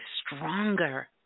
stronger